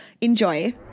Enjoy